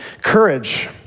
Courage